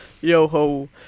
yo-ho